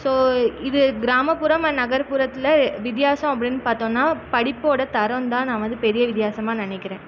so இது கிராமப்புறம் and நகர்ப்புறத்தில் வித்தியாசம் அப்படின் பார்த்தோன்னா படிப்போடய தரந்தான் நமது பெரிய வித்தியாசமாக நினைக்கிறேன்